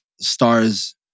stars